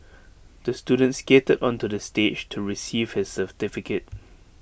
the student skated onto the stage to receive his certificate